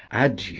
adieu,